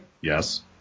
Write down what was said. Yes